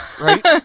Right